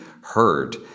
heard